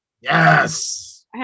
Yes